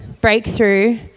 breakthrough